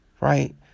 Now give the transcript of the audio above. right